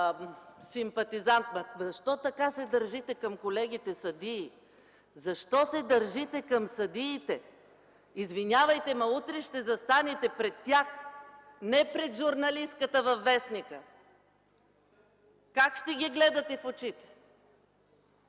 симпатизант. Защо така се държите към колегите съдии?! Защо се държите така към съдиите?! Извинявайте, но утре ще застанете пред тях, не пред журналистката във вестника. Как ще ги гледате в очите?